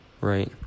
right